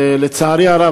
לצערי הרב,